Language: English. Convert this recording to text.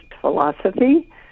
philosophy